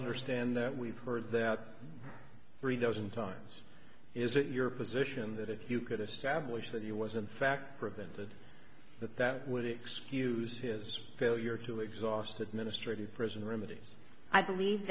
understand that we've heard that three dozen times is it your position that if you could establish that he was in fact prevented that that would excuse his failure to exhaust administrative prison remedies i believe